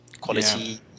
quality